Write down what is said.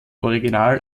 original